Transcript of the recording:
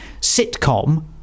sitcom